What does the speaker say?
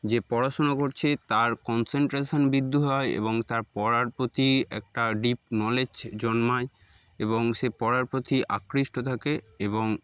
যে পড়াশুনো করছে তার কনসেন্ট্রেশন বৃদ্ধি হয় এবং তার পড়ার প্রতি একটা ডিপ নলেজ জন্মায় এবং সে পড়ার প্রতি আকৃষ্ট থাকে এবং